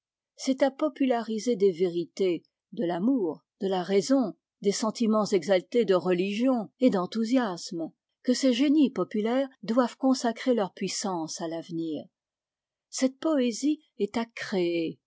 c'est à populariser des vérités de l'amour de la raison des sentimens exaltés de religion et d'enthousiasme que ces génies populaires doivent consacrer leur puissance à l'avenir cette poésie est à créer